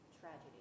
tragedy